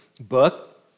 book